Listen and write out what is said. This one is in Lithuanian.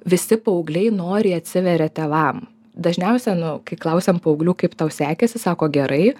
visi paaugliai noriai atsiveria tėvam dažniausia nu kai klausiam paauglių kaip tau sekėsi sako gerai